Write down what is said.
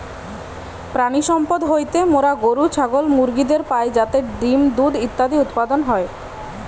প্রাণিসম্পদ হইতে মোরা গরু, ছাগল, মুরগিদের পাই যাতে ডিম্, দুধ ইত্যাদি উৎপাদন হয়